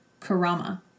Karama